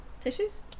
tissues